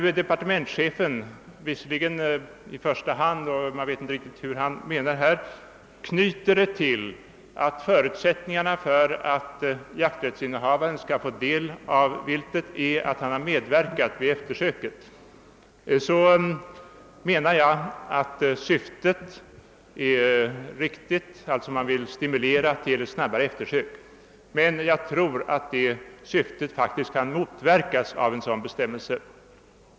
Departementschefen knyter emellertid i första hand an till att förutsättningarna för att jakträttsinnehavarna skall få del av viltet är att de medverkat vid sökandet efter det. Jag anser att detta syfte är riktigt, d. v. s. att man vill stimulera till snabbare uppspårande av viltet, men jag tror att syftet kan motverkas av en bestämmelse av det slag som här föreslagits.